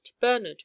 Bernard